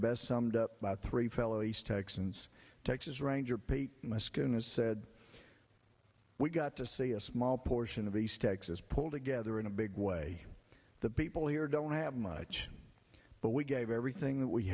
best summed up by three fellow east texans texas ranger pete my skin is said we got to see a small portion of east texas pull together in a big way the people here don't have much but we gave everything that we